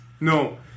no